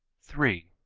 three.